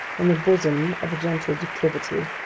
in the bosom of a gentle declivity,